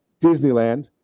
Disneyland